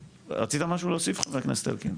רצית להוסיף משהו, חבר הכנסת אלקין?